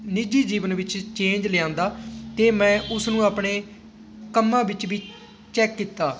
ਨਿੱਜੀ ਜੀਵਨ ਵਿੱਚ ਚੇਂਜ ਲਿਆਂਦਾ ਅਤੇ ਮੈਂ ਉਸਨੂੰ ਆਪਣੇ ਕੰਮਾਂ ਵਿੱਚ ਵੀ ਚੈੱਕ ਕੀਤਾ